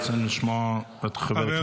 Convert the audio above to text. רצינו לשמוע את חבר הכנסת.